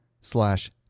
slash